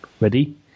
Ready